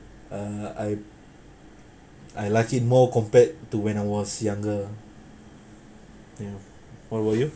uh I I like it more compared to when I was younger ya what about you